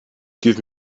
give